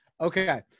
okay